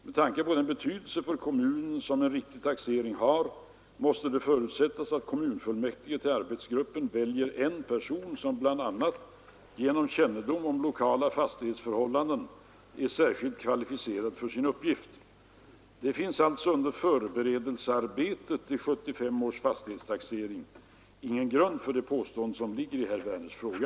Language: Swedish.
Med tanke på den betydelse för kommunen som en riktig taxering har måste det förutsättas att kommunfullmäktige till arbetsgruppen väljer en person som bl.a. genom kännedom om lokala fastighetsförhållanden är särskilt kvalificerad för sin uppgift. Det finns alltså under förberedelsearbetet till 1975 års fastighetstaxering ingen grund för det påstående som ligger i herr Werners fråga.